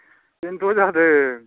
बेनोथ' जादों